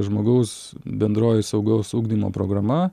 žmogaus bendroji saugaus ugdymo programa